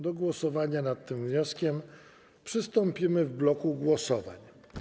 Do głosowania nad tym wnioskiem przystąpimy w bloku głosowań.